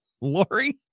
Lori